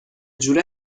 جوره